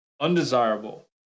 undesirable